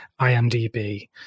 IMDb